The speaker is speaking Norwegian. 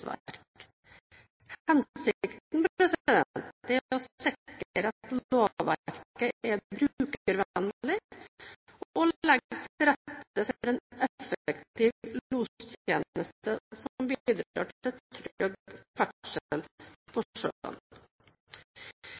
forskriftsverk. Hensikten er å sikre at lovverket er brukervennlig, og å legge til rette for en effektiv lostjeneste som bidrar til trygg